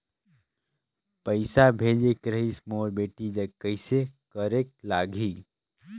पइसा भेजेक रहिस मोर बेटी जग कइसे करेके लगही?